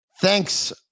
Thanks